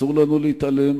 אסור לנו להתעלם,